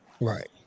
Right